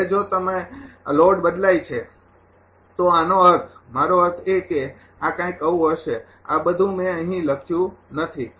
હવે જો લોડ બદલાઈ જાય છે તો આનો અર્થ મારો અર્થ એ કે આ કઈક આવું હશે આ બધું મેં અહીં લખ્યું નથી